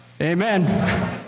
Amen